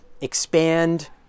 expand